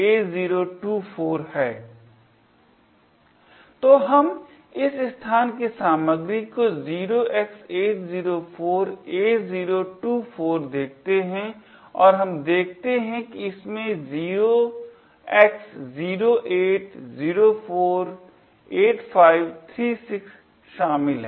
slide समय देखें तो हम इस स्थान की सामग्री को 0x804A024 देखते हैं और हम देखते हैं कि इसमें 0x08048536 शामिल है